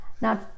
Now